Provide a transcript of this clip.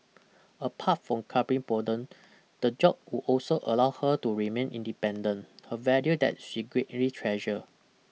apart from curbing boredom the job would also allow her to remain independent a value that she greatly treasure